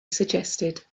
suggested